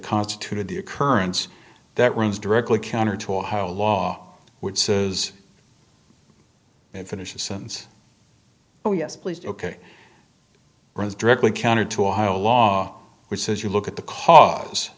constituted the occurrence that runs directly counter to a law which says if an issue since oh yes please ok runs directly counter to ohio law which says you look at the cause